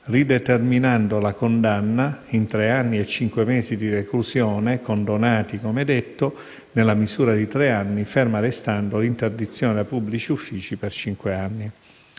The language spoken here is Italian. rideterminando la condanna in tre anni e cinque mesi di reclusione, condonati - come detto - nella misura di tre anni, ferma restando l'interdizione dai pubblici uffici per cinque anni.